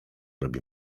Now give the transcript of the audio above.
robi